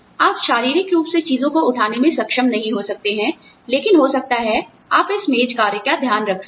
आप शारीरिक रूप से चीजों को उठाने में सक्षम नहीं हो सकते हैं लेकिन हो सकता है आप इस मेज कार्य का ध्यान रख सकें